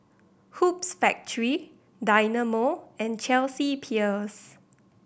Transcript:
Hoops Factory Dynamo and Chelsea Peers